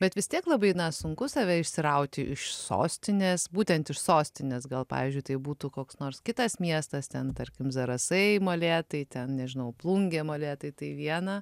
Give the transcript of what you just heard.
bet vis tiek labai sunku save išsirauti iš sostinės būtent iš sostinės gal pavyzdžiui tai būtų koks nors kitas miestas ten tarkim zarasai molėtai ten nežinau plungė molėtai tai viena